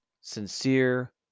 sincere